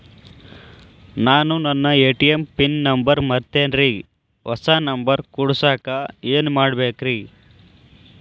ನಾನು ನನ್ನ ATM PIN number ಮರ್ತೇನ್ರಿ, ಹೊಸಾ ನಂಬರ್ ಕುಡಸಾಕ್ ಏನ್ ಮಾಡ್ಬೇಕ್ರಿ?